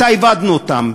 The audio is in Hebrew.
מתי איבדנו אותם?